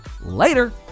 Later